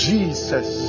Jesus